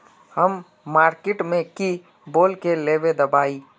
हम मार्किट में की बोल के लेबे दवाई?